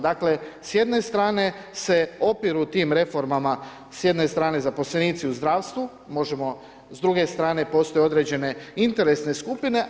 Dakle s jedne strane se opiru tim reformama, s jedne zaposlenici u zdravstvu, možemo, s druge strane postoje određene interesne skupine.